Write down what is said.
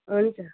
हुन्छ